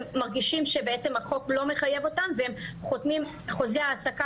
הם מרגישים שבעצם החוק לא מחייב אותם והם חותמים חוזי העסקה